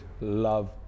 love